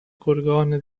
گرگان